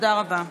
תודה רבה.